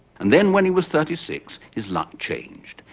and then, when he was thirty six, his luck changed.